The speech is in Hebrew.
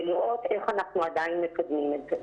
ולראות איך אנחנו עדיין מקדמים את זה.